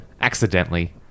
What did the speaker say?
Accidentally